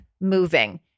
moving